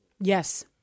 Yes